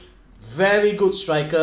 very good striker